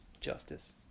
justice